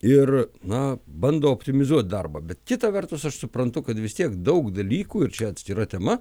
ir na bando optimizuoti darbą bet kita vertus aš suprantu kad visi tiek daug dalykų ir čia atskira tema